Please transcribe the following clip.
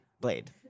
Blade